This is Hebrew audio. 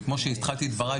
כמו שהתחלתי את דבריי,